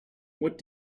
what